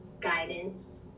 guidance